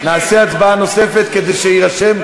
נעשה הצבעה נוספת כדי שיירשם?